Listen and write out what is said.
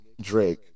Drake